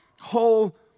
whole